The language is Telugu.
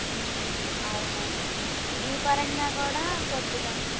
అవును ఈ పరంగా కూడా కొద్దిగా